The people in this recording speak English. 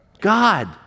God